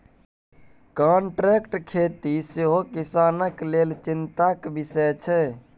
contract खेती सेहो किसानक लेल चिंताक बिषय छै